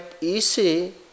easy